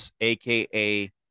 aka